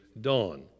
dawn